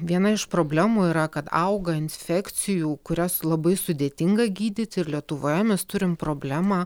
viena iš problemų yra kad auga infekcijų kurias labai sudėtinga gydyt ir lietuvoje mes turim problemą